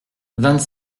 vingt